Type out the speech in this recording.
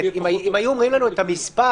אם היו אומרים לנו את המספר,